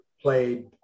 Played